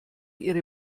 ihre